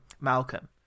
malcolm